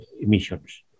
emissions